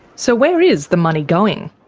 so where is the money going?